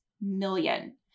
million